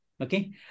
Okay